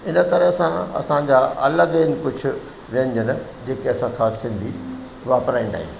इन तरह सां अलॻि इन कुझु व्यंजन जेके असां ख़ासि सिंधी वापिराईंदा आहियूं